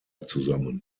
zusammen